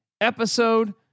episode